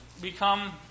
become